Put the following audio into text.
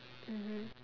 mmhmm